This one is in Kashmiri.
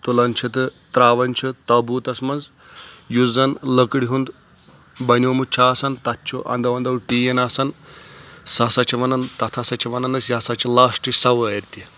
تُلان چھِ تہٕ تراوان چھُ تبوٗتس منٛز یُس زن لٔکڑ ہُنٛد بنیومُت چھُ آسان تتھ چھُ اَندٕو انٛدو ٹیٖن آسن سُہ ہسا چھِ ونان تتھ ہسا چھِ ونان أسۍ یہِ ہسا چھِ لاسٹٕچ سوٲرۍ تہِ